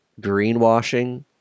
greenwashing